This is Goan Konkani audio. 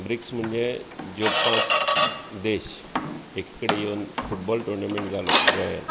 ब्रीक्स म्हणजे ज्यो पांच देश एकी कडेन योवन फुटबॉल टुर्नामेंट जालो गोंयांत